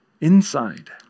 Inside